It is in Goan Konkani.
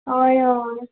हय हय